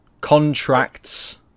Contracts